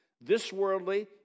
this-worldly